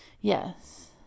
Yes